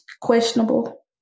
questionable